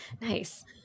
Nice